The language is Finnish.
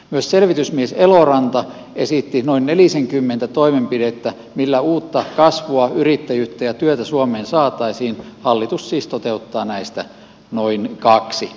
myös selvitysmies eloranta esitti nelisenkymmentä toimenpidettä millä uutta kasvua yrittäjyyttä ja työtä suomeen saataisiin mutta hallitus siis toteuttaa näistä noin kaksi